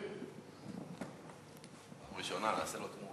קווים ולהוסיף טיסות, צריך לעזור להן.